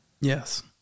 Yes